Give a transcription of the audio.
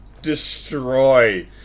Destroy